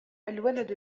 الولد